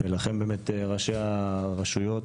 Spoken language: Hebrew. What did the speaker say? ולכם באמת ראשי הרשויות,